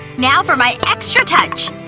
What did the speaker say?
now for my extra touch!